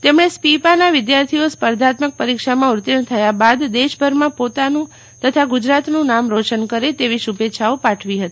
તેમણે સ્પીપાના વિદ્યાર્થીઓ સ્પર્ધાત્મક પરીક્ષામાં ઉત્તીર્ણ થયા બાદ દેશભરમાં પોતાનું તથા ગુજરાતનું નામ રોશન કરે તેવી શુભેચ્છાઓ પાઠવી હતી